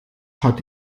hat